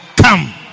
come